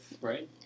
right